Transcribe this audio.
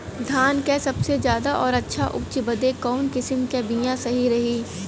धान क सबसे ज्यादा और अच्छा उपज बदे कवन किसीम क बिया सही रही?